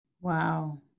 Wow